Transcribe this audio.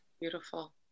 Beautiful